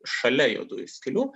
šalia juodųjų skylių